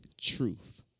truth